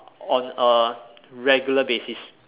on a regular basis